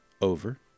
over